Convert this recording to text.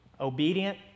Obedient